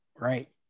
right